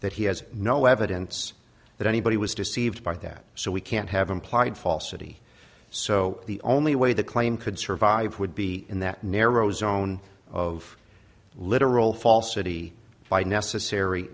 that he has no evidence that anybody was deceived by that so we can't have implied falsity so the only way the claim could survive would be in that narrow zone of literal falsity by necessary